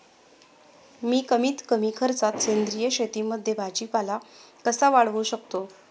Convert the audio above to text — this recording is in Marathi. मी कमीत कमी खर्चात सेंद्रिय शेतीमध्ये भाजीपाला कसा वाढवू शकतो?